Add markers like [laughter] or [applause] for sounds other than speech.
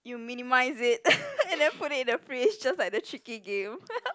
you minimise it [laughs] and then put it in the fridge just like the tricky game [laughs]